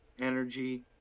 energy